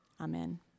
Amen